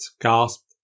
gasped